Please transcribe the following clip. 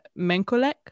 menkolek